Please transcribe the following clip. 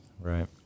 Right